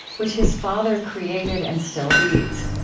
which his father created and still leads.